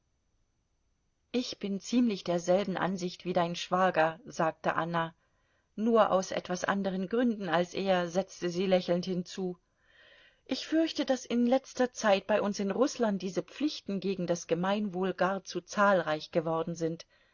ich bin ziemlich derselben ansicht wie dein schwager sagte anna nur aus etwas anderen gründen als er setzte sie lächelnd hinzu ich fürchte daß in letzter zeit bei uns in rußland diese pflichten gegen das gemeinwohl gar zu zahlreich geworden sind